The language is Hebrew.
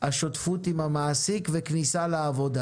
השותפות עם המעסיק וכניסה לעבודה.